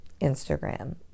Instagram